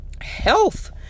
health